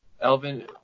Elvin